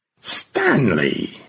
Stanley